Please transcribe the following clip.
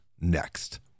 next